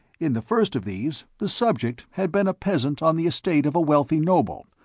in the first of these, the subject had been a peasant on the estate of a wealthy noble.